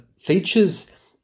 features